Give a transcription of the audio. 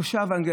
תושב אנגליה,